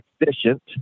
efficient